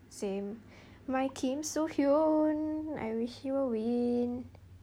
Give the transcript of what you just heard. same my kim soo hyun I wish you win